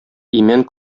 имән